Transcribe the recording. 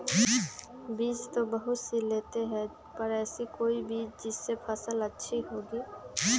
बीज तो बहुत सी लेते हैं पर ऐसी कौन सी बिज जिससे फसल अच्छी होगी?